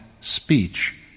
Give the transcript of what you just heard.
speech